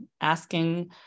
asking